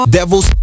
devils